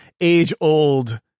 age-old